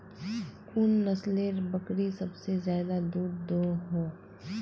कुन नसलेर बकरी सबसे ज्यादा दूध दो हो?